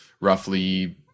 roughly